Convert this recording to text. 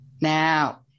now